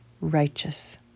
righteous